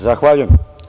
Zahvaljujem.